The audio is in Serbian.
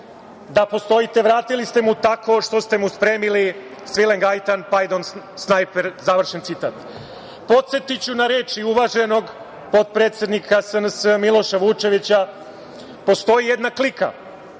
da postojite. Vratili ste mu tako što ste mu spremili svilen gajtan, pardon, snajper“, završen citat. Podsetiću na reči uvaženog potpredsednika SNS, Miloša Vučevića, postoji jedna klika